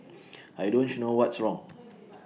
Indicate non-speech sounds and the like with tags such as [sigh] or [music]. [noise] I don't know what's wrong